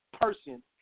person